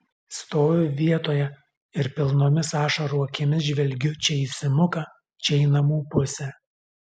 stoviu vietoje ir pilnomis ašarų akimis žvelgiu čia į simuką čia į namų pusę